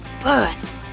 birth